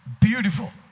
Beautiful